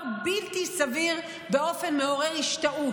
הרי זה עצמו דבר בלתי סביר באופן מעורר השתאות.